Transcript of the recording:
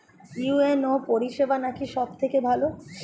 UNO পরিসেবা নাকি সব থেকে ভালো?